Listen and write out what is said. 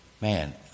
Man